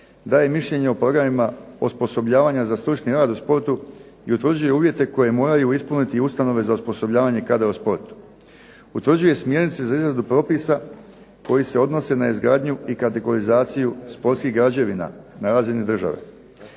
Daje mišljenje o programima osposobljavanja za stručni rad u sportu i utvrđuje uvjete koje mora ispuniti ustanove za obrazovanja kadrova u sportu. Utvrđuje smjernice za izradu propisa koji se odnose na izgradnju i kategorizaciju sportskih građevina na razini države,